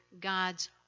gods